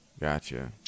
gotcha